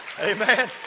Amen